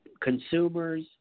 consumers